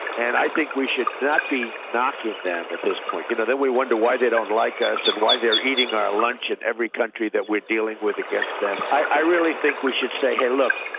and i think we should not be knocking them at this point. you know then we wonder why they don't like us, why they're eating our lunch, in every country that we're dealing with against them. i really think we should say hey look,